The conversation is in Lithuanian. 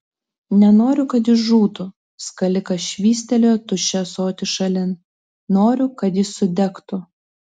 nenoriu kad jis žūtų skalikas švystelėjo tuščią ąsotį šalin noriu kad jis sudegtų